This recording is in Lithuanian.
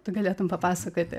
tu galėtum papasakoti